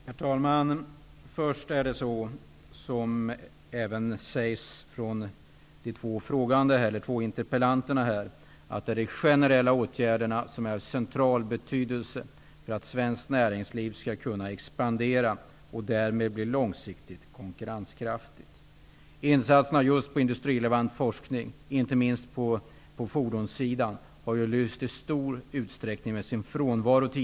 Herr talman! Först vill jag säga -- vilket framhålls också av de två deltagarna i den här interpellationsdebatten -- att det är de generella åtgärderna som är av central betydelse för att svenskt näringsliv skall kunna expandera och därmed bli långsiktigt konkurrenskraftigt. Insatserna just beträffande industrirelevant forskning, inte minst på fordonssidan, har ju tidigare i stor utsträckning lyst med sin frånvaro.